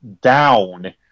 down